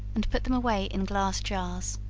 and put them away in glass jars.